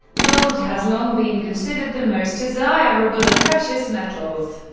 gold has long been considered the most desirable of precious metals,